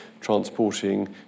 transporting